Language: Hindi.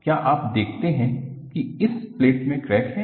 क्या आप देखते है कि इस प्लेट में क्रैक है